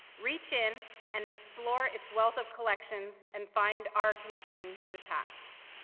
reach in and explore its wealth of collections and find our connection to the past.